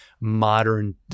modern